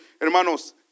hermanos